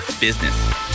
business